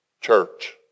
Church